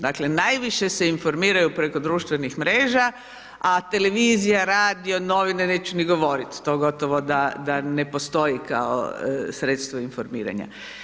Dakle najviše se informiraju preko društvenih mreža a televizija, radio, novine neću ni govoriti, to gotovo da ne postoji kao sredstvo informiranja.